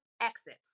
exits